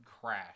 crash